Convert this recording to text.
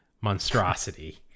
monstrosity